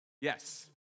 Yes